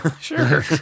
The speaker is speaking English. sure